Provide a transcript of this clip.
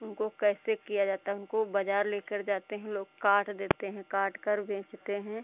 उनको कैसे किया जाता है उनको बाज़ार लेकर जाते हैं लोग काट देते हैं काट कर बेचते हैं